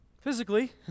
Physically